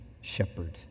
shepherd